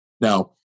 Now